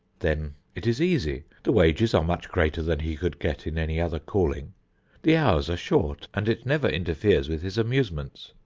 then it is easy. the wages are much greater than he could get in any other calling the hours are short and it never interferes with his amusements.